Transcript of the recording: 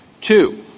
Two